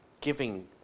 giving